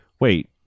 wait